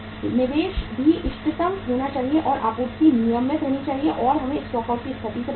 निवेश भी इष्टतम होना चाहिए और आपूर्ति नियमित होनी चाहिए और हमें स्टॉक आउट की स्थिति से भी बचना होगा